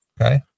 Okay